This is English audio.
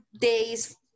days